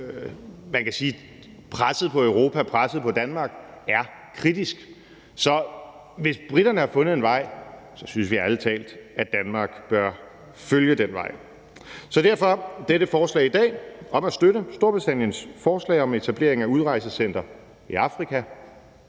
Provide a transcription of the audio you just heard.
man kan sige, at presset på Europa og presset på Danmark er kritisk – så synes vi ærlig talt, at Danmark bør følge den vej. Så derfor dette forslag i dag om at støtte Storbritanniens forslag om etablering af et udrejsecenter i Afrika.